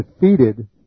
defeated